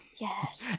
Yes